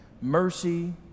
Mercy